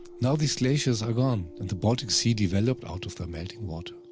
now these glaciers are gone, and the baltic sea developed out of the melting water.